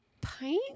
pint